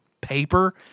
paper